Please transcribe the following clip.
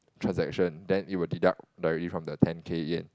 transaction then it will deduct directly from the ten K Yen